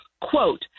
quote